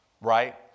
right